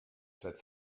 said